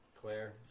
Claire